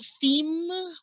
theme